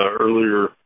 earlier